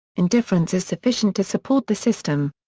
indifference is sufficient to support the system.